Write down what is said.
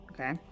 Okay